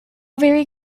very